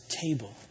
table